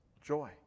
Joy